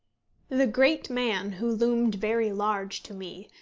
the great man, who loomed very large to me,